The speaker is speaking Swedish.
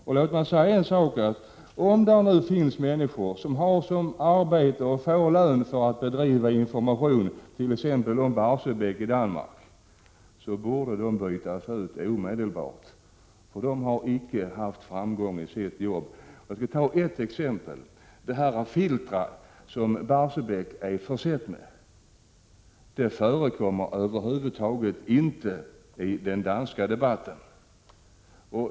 Om det finns människor i Danmark som har som arbete — och får lön för — att bedriva information på det här området, t.ex. om Barsebäck, borde de bytas ut omedelbart. De har icke haft framgång i sitt arbete. Jag skall ta ett exempel. Det filter som Barsebäck är försett med talas det över huvud taget inte om i den danska debatten.